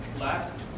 last